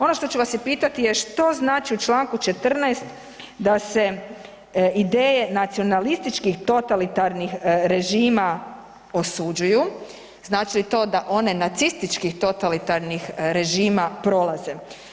Ono što ću vas i pitati je, što znači u čl. 14 da se ideje nacionalističkih totalitarnih režima osuđuju, znači li to da one nacističkih totalitarnih režima prolaze?